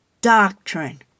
doctrine